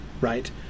right